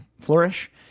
flourish